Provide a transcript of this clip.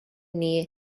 near